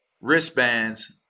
wristbands